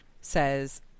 says